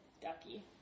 Ducky